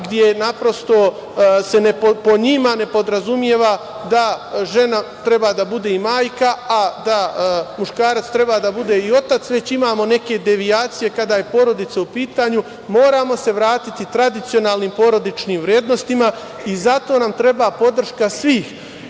gde se po njima ne podrazumeva da žena treba da bude i majka, a da muškarac treba da bude i otac, već imamo neke devijacije kada je porodica u pitanju. Moramo se vratiti tradicionalnim porodičnim vrednostima i zato nam treba podrška svih,